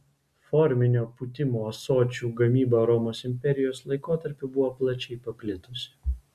forminio pūtimo ąsočių gamyba romos imperijos laikotarpiu buvo plačiai paplitusi